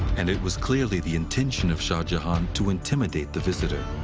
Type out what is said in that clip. and it was clearly the intention of shah jahan to intimidate the visitor.